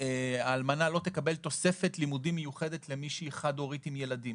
האלמנה לא תקבל תוספת לימודים מיוחדת למישהי שהיא חד הורית עם ילדים.